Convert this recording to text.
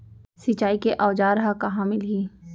सिंचाई के औज़ार हा कहाँ मिलही?